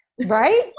Right